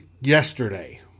yesterday